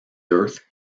earth